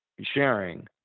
sharing